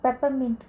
peppermint